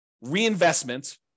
reinvestment